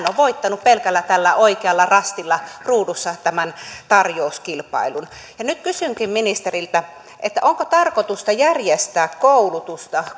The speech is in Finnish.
on voittanut pelkällä tällä oikealla rastilla ruudussa tämän tarjouskilpailun ja nyt kysynkin ministeriltä onko tarkoitus järjestää koulutusta